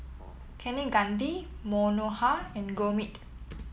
Kaneganti Manohar and Gurmeet